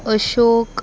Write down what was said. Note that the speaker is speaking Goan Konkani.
अशोक